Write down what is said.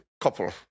couple